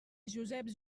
joseps